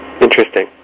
Interesting